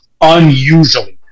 unusually